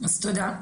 אז תודה.